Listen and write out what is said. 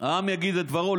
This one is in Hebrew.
העם יגיד את דברו,